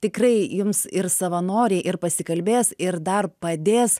tikrai jums ir savanoriai ir pasikalbės ir dar padės